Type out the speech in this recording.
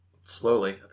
Slowly